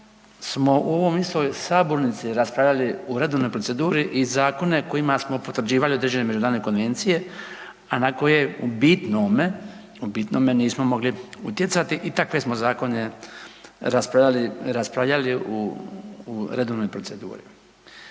smo u ovoj istoj sabornici raspravljali u redovnoj proceduri i zakone kojima smo potvrđivali određene međunarodne konvencije, a na koje u bitnome nismo mogli utjecati. I takve smo zakone raspravljali u redovnoj proceduri.